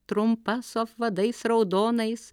trumpa su apvadais raudonais